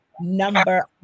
number